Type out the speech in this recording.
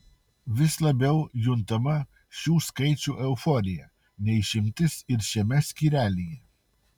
vis labiau juntama šių skaičių euforija ne išimtis ir šiame skyrelyje